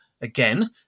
again